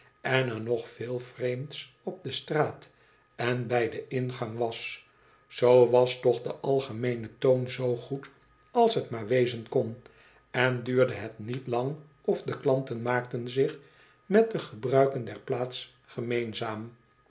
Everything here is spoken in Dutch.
en er nog veel vreemds op de straat en bij den ingang was zoo was toch de algemeene toon zoo goed als t maar wezen kon en duurde het niet lang of de klanten maakten zich met de gebruiken der plaats gemeenzaam